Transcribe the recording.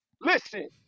Listen